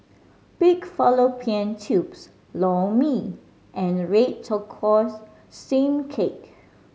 pig fallopian tubes Lor Mee and red tortoise steam cake